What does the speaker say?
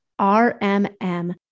RMM